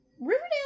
Riverdale